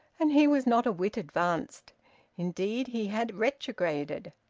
and he was not a whit advanced indeed he had retrograded,